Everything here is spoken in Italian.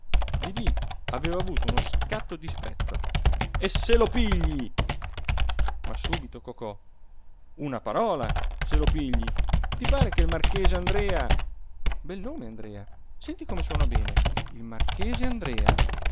didì aveva avuto uno scatto di sprezzo e se lo pigli ma subito cocò una parola se lo pigli ti pare che il marchese andrea bel nome andrea senti come suona bene il marchese andrea